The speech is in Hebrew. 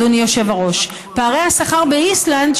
אדוני היושב-ראש: פערי השכר באיסלנד,